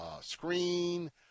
screen